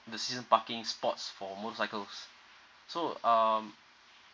the season parking spots for motorcycles so um